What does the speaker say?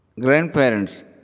Grandparents